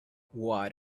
what